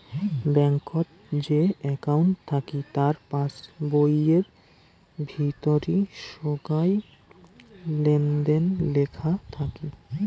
ব্যাঙ্কত যে একউন্ট থাকি তার পাস বইয়ির ভিতরি সোগায় লেনদেন লেখা থাকি